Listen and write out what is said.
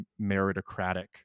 meritocratic